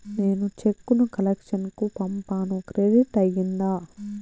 నేను చెక్కు ను కలెక్షన్ కు పంపాను క్రెడిట్ అయ్యిందా